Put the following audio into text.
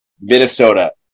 Minnesota